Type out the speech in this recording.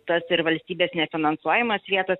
tas ir valstybės nefinansuojamos vietos